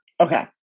Okay